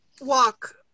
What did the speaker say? Walk